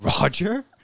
Roger